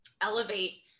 elevate